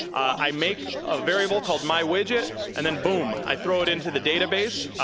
i make a variable called my widget and then, boom. i throw it into the database.